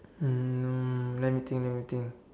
um let me think let me think